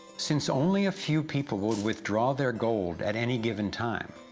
since only a few people would withdraw their gold at any given time,